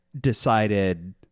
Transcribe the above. decided